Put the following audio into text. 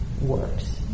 works